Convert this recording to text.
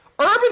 urban